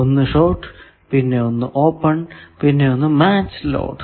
ഒന്ന് ഷോർട് പിന്നെ ഒന്ന് ഓപ്പൺ പിന്നെ മാച്ച് ലോഡ്